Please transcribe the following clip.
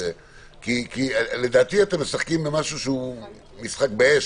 כי לדעתי אתם משחקים במשהו שהוא משחק באש,